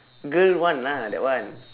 girl one lah that one